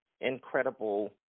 incredible